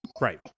Right